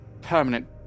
permanent